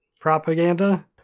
propaganda